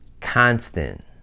constant